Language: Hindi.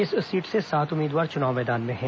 इस सीट से सात उम्मीदवार चुनाव मैदान में है